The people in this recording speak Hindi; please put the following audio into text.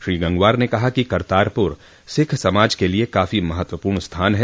श्री गंगवार ने कहा कि करतारपुर सिख समाज के लिए काफी महत्वपूर्ण स्थान है